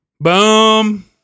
Boom